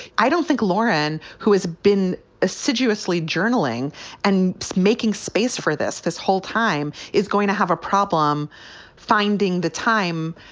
i don't think lauren, who has been assiduously journaling and making space for this this whole time, is going to have a problem finding the time.